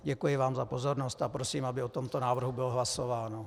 Děkuji vám za pozornost a prosím, aby o tomto návrhu bylo hlasováno.